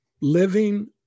living